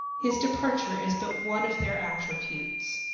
his departure is but one of their attributes.